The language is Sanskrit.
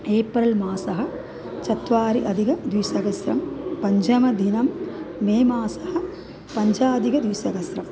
एप्रल् मासः चत्वारि अधिगद्विसहस्रं पञ्चमदिनं मे मासः पञ्चाधिकद्विसहस्रम्